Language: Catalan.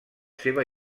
seva